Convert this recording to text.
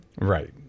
Right